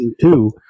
Two